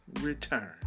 return